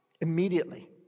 immediately